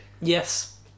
Yes